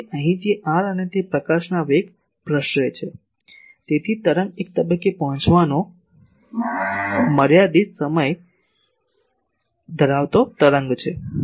તેથી અહીંથી r અને તે પ્રકાશના વેગ દ્વારા પ્રસરે છે તેથી તરંગ એક તબક્કે પહોંચવાનો મર્યાદિત પ્રસાર સમય ધરાવતો તરંગ છે